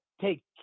take